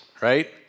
right